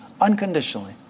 unconditionally